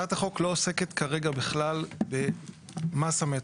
הצעת החוק לא עוסקת כרגע במס המטרו.